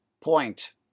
Point